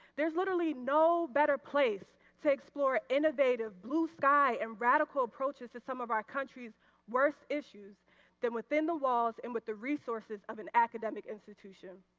there is literally no better place to explore innovative blue sky and radical approaches to some of our countries worth issues than within the walls and with the resources of an academic institution.